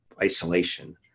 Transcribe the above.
isolation